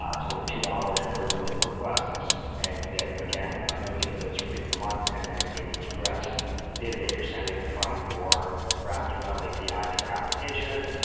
um it's only two dollars per million requests and you get again a million of those free per month, and then did it egress the data that you're sending from your graphql api to your application,